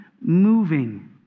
moving